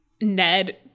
Ned